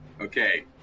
Okay